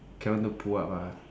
cannot do pull up ah